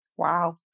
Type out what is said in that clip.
Wow